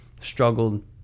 struggled